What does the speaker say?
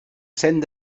sent